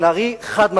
חד-משמעית לא.